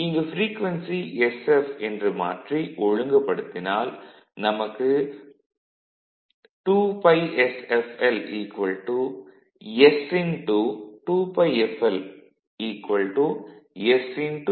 இங்கு frequency sf என்று மாற்றி ஒழுங்குபடுத்தினால் நமக்கு 2 π s f L s 2 π f L s